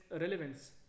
relevance